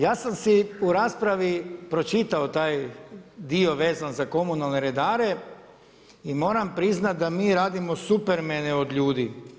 Ja sam si u raspravi pročitao taj dio vezan za komunalne redare i moram priznati da mi radimo Supermana od ljudi.